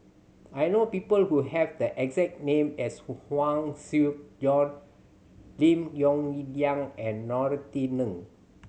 I know people who have the exact name as Huang Shi Joan Lim Yong Liang and Norothy Ng